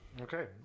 Okay